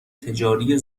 تجاری